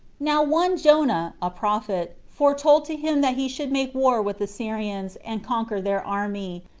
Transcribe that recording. now one jonah, a prophet, foretold to him that he should make war with the syrians, and conquer their army,